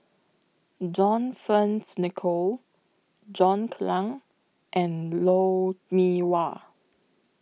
John Fearns Nicoll John Clang and Lou Mee Wah